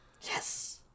Yes